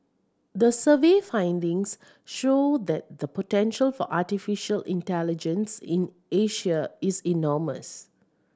the survey findings show that the potential for artificial intelligence in Asia is enormous